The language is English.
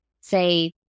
say